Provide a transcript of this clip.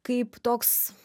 kaip toks